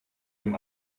dem